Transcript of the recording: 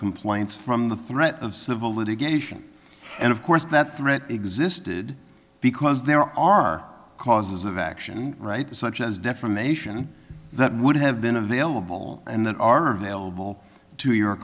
complaints from the threat of civil litigation and of course that threat existed because there are causes of action rights such as defamation that would have been available and that are available to your